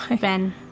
Ben